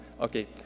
okay